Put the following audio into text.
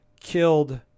killed